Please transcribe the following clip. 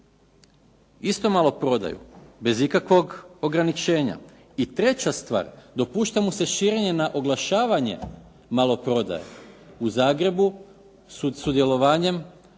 Isto maloprodaju. Bez ikakvog ograničenja. I treća stvar dopušta mu se širenje na oglašavanje maloprodaje u Zagrebu, sudjelovanjem